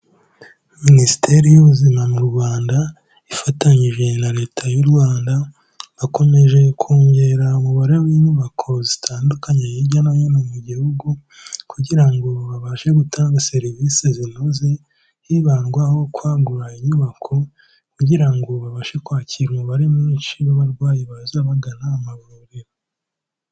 Minisiteri y'ubuzima mu Rwanda ifatanyije na leta y'u Rwanda bakomeje kongera umubare w'inyubako zitandukanye hirya no hino mu gihugu kugira ngo babashe gutanga serivisi zinoze hibandwaho kwagura inyubako kugira ngo babashe kwakira umubare mwinshi w'abarwayi baza bagana amavuriro.